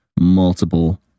multiple